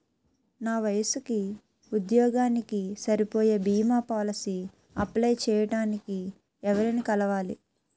నా వయసుకి, ఉద్యోగానికి సరిపోయే భీమా పోలసీ అప్లయ్ చేయటానికి ఎవరిని కలవాలి?